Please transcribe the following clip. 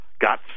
got